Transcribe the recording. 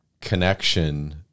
connection